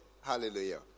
Hallelujah